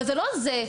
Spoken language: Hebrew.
זה לא זה.